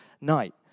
night